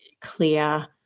clear